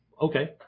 okay